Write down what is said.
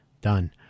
done